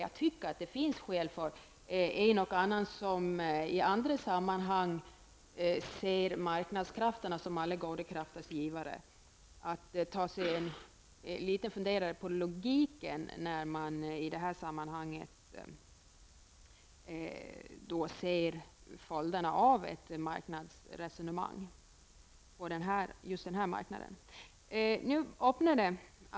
Jag tycker att det finns skäl för en och annan som i andra sammanhang ser marknadskrafterna som alla goda gåvors givare att ta sig en funderare över logiken i detta när man ser följderna av ett marknadsresonemang i just det här sammanhanget.